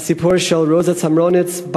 הסיפור של רוזה צרנמוריץ,